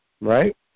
right